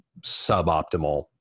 suboptimal